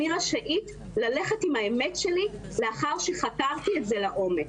אני רשאית ללכת עם האמת שלי לאחר שחקרתי אותה לעומק.